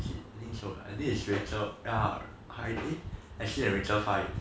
is it I think so ah I think it's rachel ya eh and rachel fight